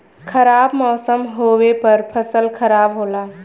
खराब मौसम होवे पर फसल खराब होला